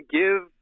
give